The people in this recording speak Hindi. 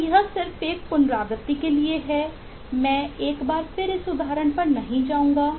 तो यह सिर्फ एक पुनरावृत्ति के लिए है मैं एक बार फिर इस उदाहरण पर नहीं जाऊंगा